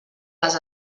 les